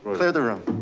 clear the room.